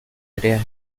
creas